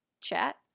chat